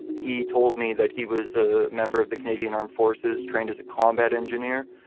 he told me that he was a member of the canadian armed forces, trained as a combat engineer.